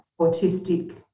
autistic